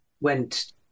went